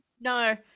No